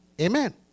Amen